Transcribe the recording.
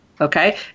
okay